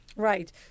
Right